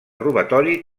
robatori